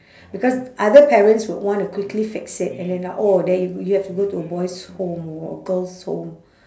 because other parents would want to quickly fix it and then are oh then you you have to go to a boys' home or girls' home